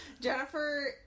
Jennifer